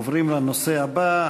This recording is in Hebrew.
אנחנו עוברים לנושא הבא.